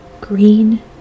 green